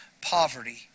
poverty